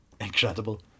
incredible